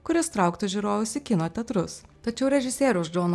kuris trauktų žiūrovus į kino teatrus tačiau režisieriaus džono